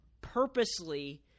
purposely